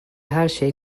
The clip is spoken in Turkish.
herşey